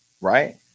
right